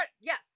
yes